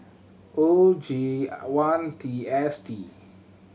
O G one T S D